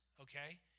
okay